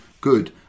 good